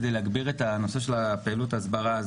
כדי להגביר את הנושא של פעילות ההסברה,